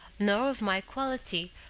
nor of my quality,